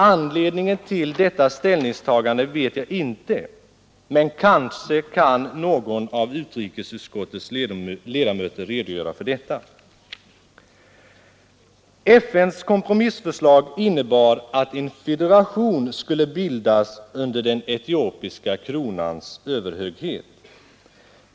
Anledningen till detta ställningstagande vet jag inte. Kanske kan någon av utrikesutskottets ledamöter redogöra för detta. FN:s kompromissförslag innebar att en federation skulle bildas under den etiopiska kronans överhöghet.